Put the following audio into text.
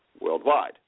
worldwide